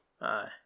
Aye